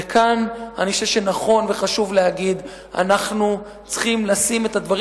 וכאן אני חושב שנכון וחשוב להגיד: אנחנו צריכים לשים את הדברים